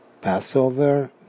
Passover